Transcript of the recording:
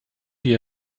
wie